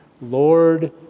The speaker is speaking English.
Lord